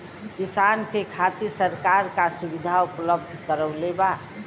किसान के खातिर सरकार का सुविधा उपलब्ध करवले बा?